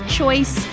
choice